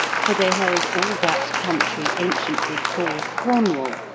for they held all that country anciently called cornwall,